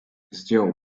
zdjął